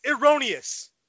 erroneous